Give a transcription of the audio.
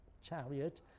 chariot